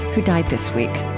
who died this week